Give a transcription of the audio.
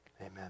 amen